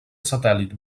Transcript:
satèl·lit